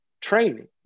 training